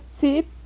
tip